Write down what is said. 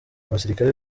abasirikare